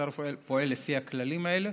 השר פועל לפי הכללים האלה